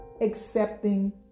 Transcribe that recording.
accepting